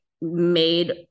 made